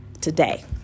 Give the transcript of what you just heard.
today